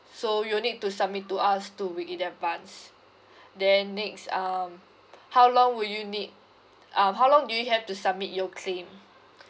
so you'll need to submit to us two week in advance then next um how long will you need uh how long do you have to submit your claim